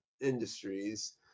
industries